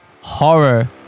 horror